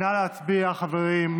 נא להצביע, חברים.